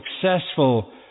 successful